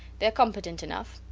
they are competent enough,